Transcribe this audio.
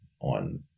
on